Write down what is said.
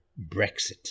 brexit